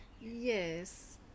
yes